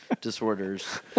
disorders